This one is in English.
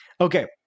Okay